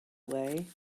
way